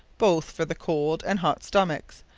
both for the cold and hot stomacks,